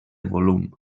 volum